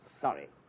Sorry